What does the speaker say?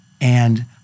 And-